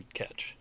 catch